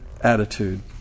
attitude